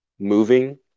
Moving